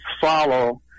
follow